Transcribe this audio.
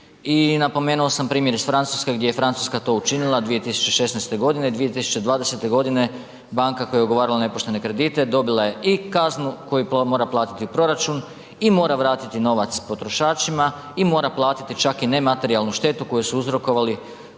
i napomenuo sam primjer iz Francuske gdje je Francuska to učinila 2016. g. i 2020. g. banka koja je ugovarala nepoštene kredite, dobila je i kaznu koju mora platiti u proračun i mora vratiti novac potrošačima i mora platiti čak i nematerijalnu štetu koju su uzrokovali